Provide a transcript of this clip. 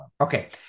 okay